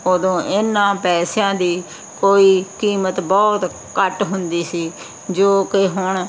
ਉਦੋਂ ਇਹਨਾਂ ਪੈਸਿਆਂ ਦੀ ਕੋਈ ਕੀਮਤ ਬਹੁਤ ਘੱਟ ਹੁੰਦੀ ਸੀ ਜੋ ਕਿ ਹੁਣ